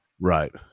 right